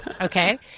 Okay